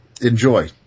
enjoy